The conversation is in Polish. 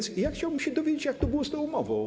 Chciałbym się dowiedzieć, jak to było z tą umową.